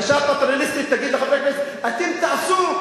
והגישה הפטרוניסטית, תגיד לחברי כנסת: אתם תעשו.